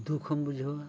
ᱫᱩᱠ ᱦᱚᱢ ᱵᱩᱡᱷᱟᱹᱣᱟ